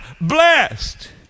Blessed